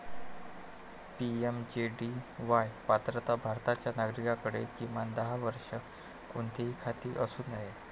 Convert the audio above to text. PMJDY पात्रता भारताच्या नागरिकाकडे, किमान दहा वर्षे, कोणतेही खाते असू नये